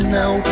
now